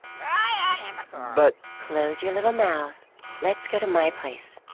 ah um but close your little mouth let's go to my place